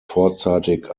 vorzeitig